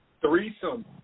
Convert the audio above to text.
threesome